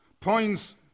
points